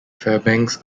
fairbanks